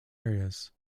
areas